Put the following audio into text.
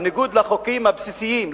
בניגוד לחוקים הבסיסיים,